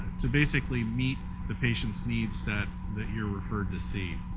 to basically meet the patient's needs that that you're referred to see.